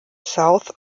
south